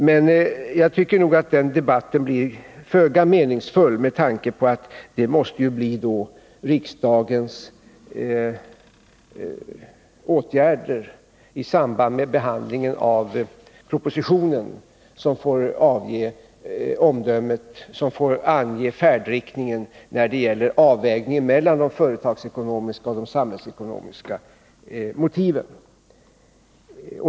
Men jag tycker att den debatten blir föga meningsfull med tanke på att det måste bli riksdagen som i samband med behandlingen av propositionen får ange färdriktningen när det gäller avvägningen mellan de företagsekonomiska och de samhällsekonomiska motiven.